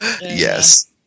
Yes